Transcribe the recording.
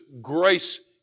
grace